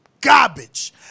garbage